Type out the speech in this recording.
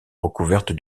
recouverte